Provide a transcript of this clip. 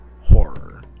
horror